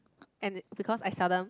and it's because I seldom